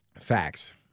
Facts